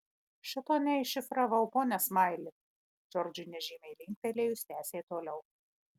šito neiššifravau pone smaili džordžui nežymiai linktelėjus tęsė toliau